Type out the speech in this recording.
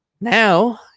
now